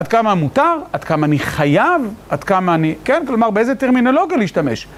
עד כמה מותר, עד כמה אני חייב, עד כמה אני... כן? כלומר באיזה טרמינולוגיה להשתמש.